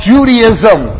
Judaism